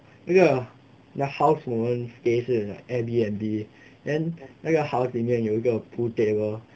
这个 then house 我们 stay 是 like Airbnb then 那个 house 里面有个 pool table